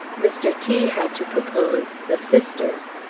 mr t. had to propose the sisters,